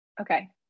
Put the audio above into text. Okay